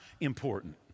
important